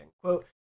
quote